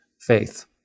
faith